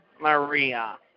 Maria